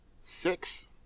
six